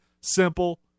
simple